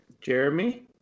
Jeremy